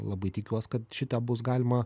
labai tikiuos kad šitą bus galima